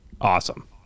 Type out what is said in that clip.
awesome